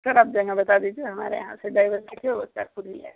sir आप जगह बता दीजिए हमारे यहाँ से ड्राइवर जा कर वो कार खुद ले आएगा